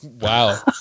Wow